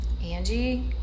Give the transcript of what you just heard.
Angie